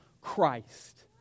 Christ